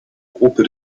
groupe